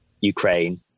Ukraine